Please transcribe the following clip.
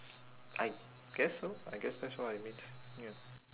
I guess so I guess that's what it means ya